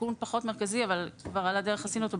תיקון פחות מרכזי אבל על הדרך עשינו אותו.